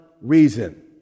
reason